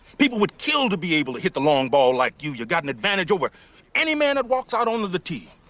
people would kill to be able to hit the ball like you. you got an advantage over any man that walks out onto the tee.